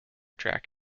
tract